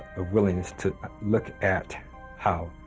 a willingness to look at how